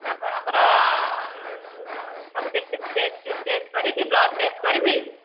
ଆପଣଙ୍କର ସବୁ test test କରିକି ବ୍ଲଡ଼୍ ଟେଷ୍ଟ୍ କରିବି